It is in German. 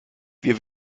wir